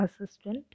assistant